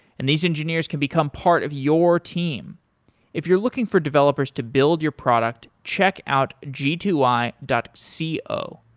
and these engineers can become part of your team if you're looking for developers to build your product, check out g two i point c o.